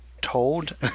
told